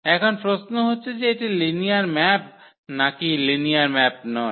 এখন প্রশ্ন হচ্ছে যে এটি লিনিয়ার ম্যাপ না কি লিনিয়ার ম্যাপ নয়